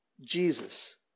Jesus